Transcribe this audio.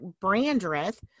Brandreth